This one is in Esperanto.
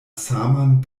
saman